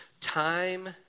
Time